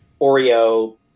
Oreo